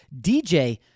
DJ